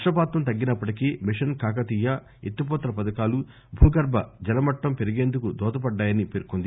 వర్షపాతం తగ్గినప్పటికీ మిషన్ కాకతీయ ఎత్తిపోతల పథకాలు భూగర్భ జలమట్లం పెరిగేందుకు దోహదపడ్డాయని పేర్చొంది